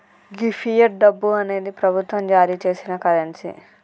గీ fiat డబ్బు అనేది ప్రభుత్వం జారీ సేసిన కరెన్సీ